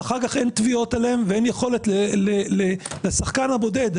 ואחר כך אין תביעות עליהם ואין יכולת לשחקן הבודד,